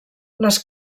les